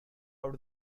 out